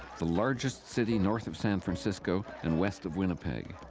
the largest city north of san francisco and west of winnipeg.